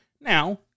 Now